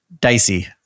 Dicey